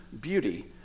beauty